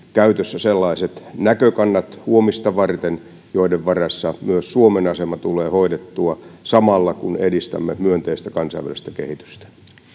käytössään sellaiset näkökannat huomista varten joiden varassa myös suomen asema tulee hoidettua samalla kun edistämme myönteistä kansainvälistä kehitystä